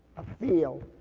a feel,